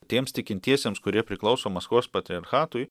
tiems tikintiesiems kurie priklauso maskvos patriarchatui